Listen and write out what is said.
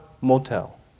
motel